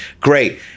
Great